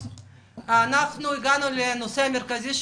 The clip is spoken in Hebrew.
הגענו לנושא המרכזי,